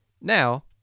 Now